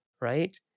right